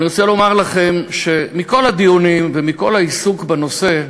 אני רוצה לומר לכם שמכל הדיונים ומכל העיסוק בנושא,